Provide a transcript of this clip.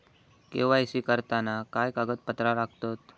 KYC करताना काय कागदपत्रा लागतत?